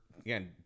Again